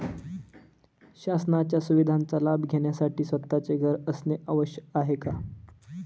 शासनाच्या सुविधांचा लाभ घेण्यासाठी स्वतःचे घर असणे आवश्यक आहे का?